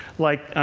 like,